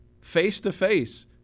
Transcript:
face-to-face